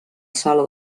sala